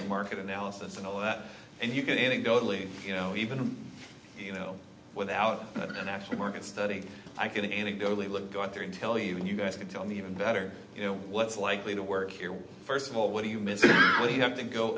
the market analysis and all that and you can anecdotally you know even you know without an actual market study i can anecdotally look go out there and tell you and you guys can tell me even better you know what's likely to work here first of all what do you miss ali you have to go